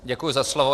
Děkuji za slovo.